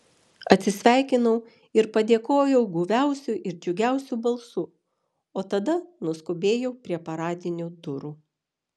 atsisveikinau ir padėkojau guviausiu ir džiugiausiu balsu o tada nuskubėjau prie paradinių durų